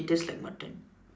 it tastes like mutton